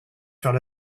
faire